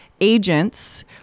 agents